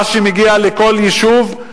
מה שמגיע לכל יישוב,